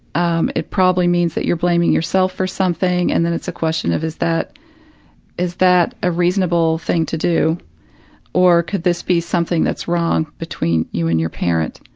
um, it probably means that you're blaming yourself for something and then it's a question of, is that is that a reasonable thing to do or could this be something that's wrong between you and your parent?